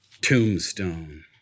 Tombstone